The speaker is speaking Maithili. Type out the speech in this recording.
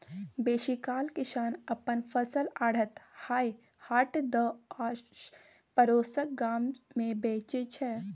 बेसीकाल किसान अपन फसल आढ़त, हाट या आसपरोसक गाम मे बेचै छै